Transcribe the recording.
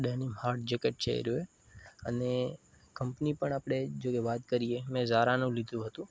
denim heart jacket છે એ રહ્યું એ અને કંપની પણ આપણે જો કે વાત કરીએ મેં ઝારાનું લીધું હતું